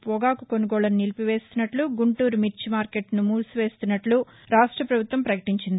పొగాకు కొనుగోళ్ళను నిలిపివేస్తున్నట్లు గుంటూరు మిర్చి మార్కెట్ను మూసివేస్తున్నట్లు రాష్ట్ర ప్రపభుత్వం ప్రపకటించింది